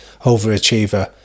overachiever